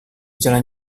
jalan